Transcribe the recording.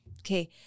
Okay